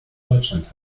deutschland